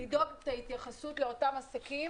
לדאוג להתייחסות לאותם עסקים